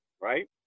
Right